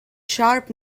sharp